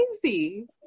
crazy